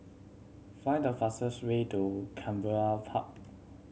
find the fastest way to Canberra Park